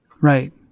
Right